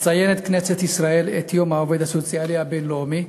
כנסת ישראל מציינת את יום העובד הסוציאלי הבין-לאומי.